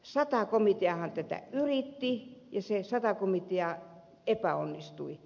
sata komiteahan tätä yritti kyseessä kakku mikkiä epäonnistui